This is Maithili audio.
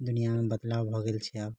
दुनिआमे बदलाव भऽ गेल छै आब